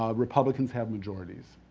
ah republicans had majorities.